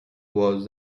was